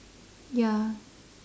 ya